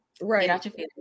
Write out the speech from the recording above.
right